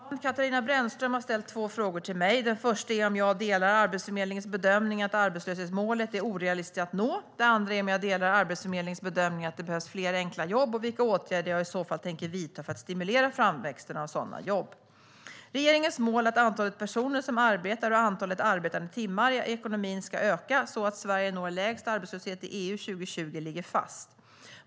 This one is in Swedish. Herr talman! Katarina Brännström har ställt två frågor till mig. Den första är om jag delar Arbetsförmedlingens bedömning att arbetslöshetsmålet är orealistiskt att nå. Den andra är om jag delar Arbetsförmedlingens bedömning att det behövs fler enkla jobb, och vilka åtgärder jag i så fall tänker vidta för att stimulera framväxten av sådana jobb. Regeringens mål att antalet personer som arbetar och antalet arbetade timmar i ekonomin ska öka så att Sverige når lägst arbetslöshet i EU 2020 ligger fast.